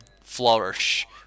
flourish